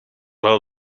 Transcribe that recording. well